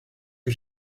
que